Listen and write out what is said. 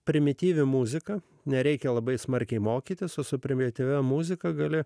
primityvia muzika nereikia labai smarkiai mokytis su primityvia muzika gali